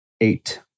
Eight